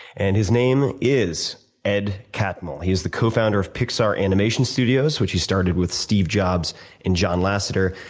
and his name is ed catmull. he is the cofounder of pixar animation studios, which he started with steve jobs and john lasseter,